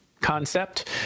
concept